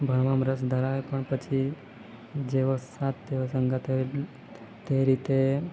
ભણવામાં રસ ધરાવે પણ પછી જેવો સાથ તેવો સંગાથ એવી તે રીતે